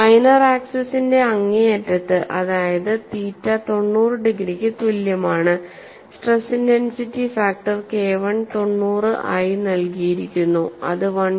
minor ആക്സിസിന്റെ അങ്ങേയറ്റത്ത് അതായത് തീറ്റ തൊണ്ണൂറ് ഡിഗ്രിക്ക് തുല്യമാണ് സ്ട്രെസ് ഇന്റൻസിറ്റി ഫാക്ടർ KI 90 ആയി നൽകിയിരിക്കുന്നു അത് 1